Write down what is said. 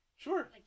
Sure